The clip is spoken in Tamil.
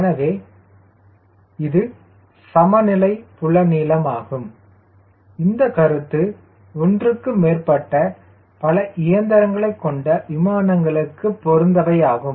எனவே இந்த சமநிலை புல நீளம் அல்லது இந்த கருத்து ஒன்றுக்கு மேற்பட்ட பல இயந்திரங்களைக் கொண்ட விமானங்களுக்கு பொருத்தமானது